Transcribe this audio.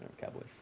Cowboys